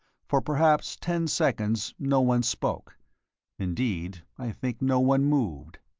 for perhaps ten seconds no one spoke indeed i think no one moved.